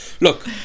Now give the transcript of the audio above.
Look